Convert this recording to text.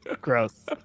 Gross